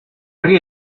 ríe